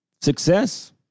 success